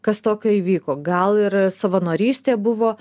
kas tokio įvyko gal ir savanorystė buvo